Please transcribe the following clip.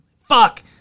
Fuck